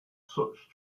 such